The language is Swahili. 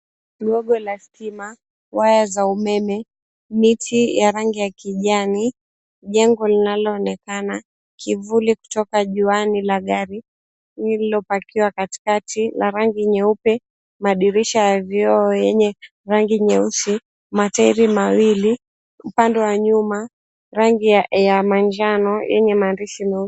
Gogo la stima, waya za umeme, miti ya rangi ya kijani, jengo linaloonekana, kivuli kutoka juani la gari lililopakiwa katikati la rangi nyeupe, madirisha ya vioo yenye rangi nyeusi, matairi mawili upande wa nyuma, rangi ya manjano yenye maandishi meupe.